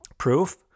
Proof